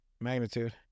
magnitude